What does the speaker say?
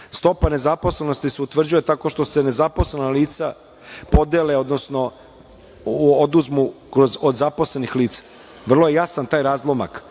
Stopa nezaposlenosti se utvrđuje tako što se nezaposlena lica podele, odnosno oduzmu od zaposlenih lica. Vrlo je jasan taj razlomak.